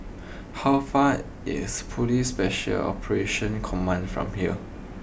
how far is police special Operations Command from here